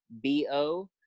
b-o